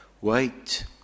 Wait